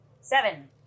Seven